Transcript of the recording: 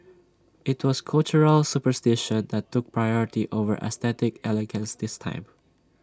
IT was cultural superstition that took priority over aesthetic elegance this time